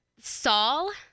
Saul